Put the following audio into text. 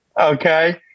Okay